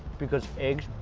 because eggs,